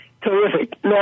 Terrific